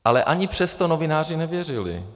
Ale ani přesto novináři nevěřili.